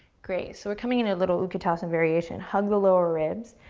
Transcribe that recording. great so we're coming into a little utkatasana variation. hug the lower ribs,